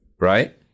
right